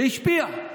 זה השפיע.